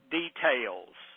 details